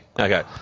Okay